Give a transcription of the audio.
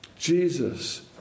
Jesus